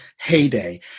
heyday